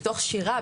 בתוך שירה,